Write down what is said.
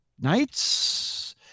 Knights